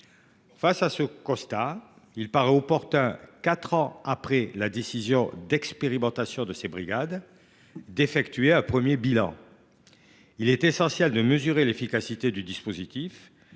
Face à ce constat, il paraît opportun, quatre ans après la décision d’expérimenter ces brigades, d’effectuer un premier bilan. Il est essentiel de mesurer l’efficacité du dispositif,